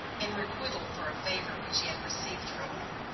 in requital for a favor which he had received from him,